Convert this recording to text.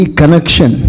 connection